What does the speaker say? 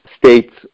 States